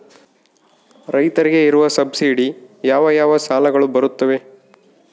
ರೈತರಿಗೆ ಇರುವ ಸಬ್ಸಿಡಿ ಯಾವ ಯಾವ ಸಾಲಗಳು ಬರುತ್ತವೆ?